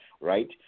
right